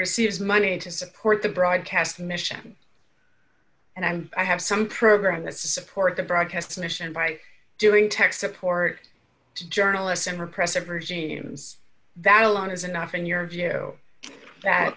receives money to support the broadcast mission and i'm i have some programs that support the broadcast mission by doing tech support to journalists and repressive regimes that alone is enough in your view that